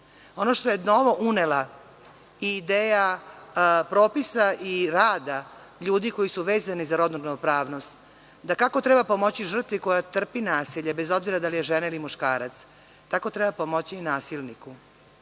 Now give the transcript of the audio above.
što je novo unela i ideja propisa i rada ljudi koji su vezani za rodnu ravnopravnost, da kako treba pomoći žrtvi koja trpi nasilje, bez obzira da li je žena ili muškarac, tako treba pomoći nasilniku,